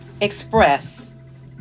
express